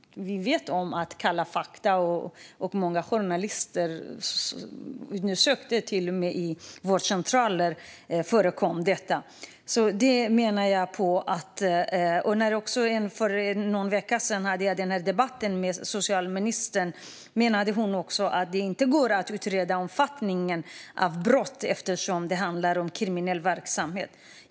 Vi vet att Kalla fakta och många journalister har undersökt detta och att det har förekommit på vårdcentraler. När jag för någon vecka sedan hade en debatt med socialministern menade hon att det inte går att utreda omfattningen av brott eftersom det handlar om kriminell verksamhet.